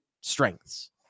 strengths